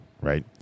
right